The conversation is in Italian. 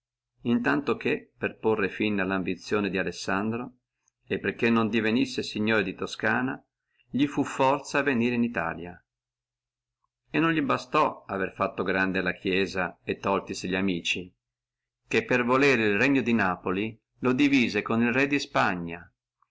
tanto che per porre fine alla ambizione di alessandro e perché non divenissi signore di toscana fu forzato venire in italia non li bastò avere fatto grande la chiesia e toltisi li amici che per volere il regno di napoli lo divise con il re di spagna